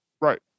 Right